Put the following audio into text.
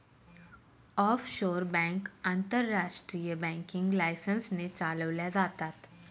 offshore bank आंतरराष्ट्रीय banking licence ने चालवल्या जातात